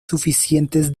suficientes